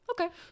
okay